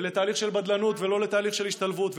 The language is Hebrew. לתהליך של בדלנות ולא לתהליך של השתלבות.